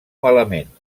malament